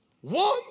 one